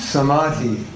Samadhi